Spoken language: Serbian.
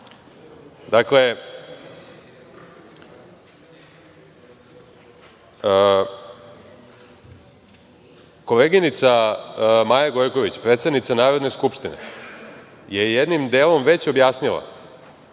Dakle, koleginica Maja Gojković, predsednica Narodne skupštine, jednim delom je već objasnila